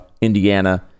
indiana